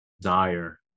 desire